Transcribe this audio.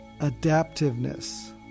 Adaptiveness